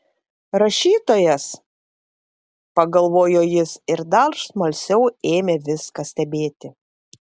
rašytojas pagalvojo jis ir dar smalsiau ėmė viską stebėti